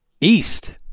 East